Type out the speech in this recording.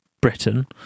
Britain